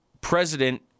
president